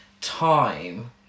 time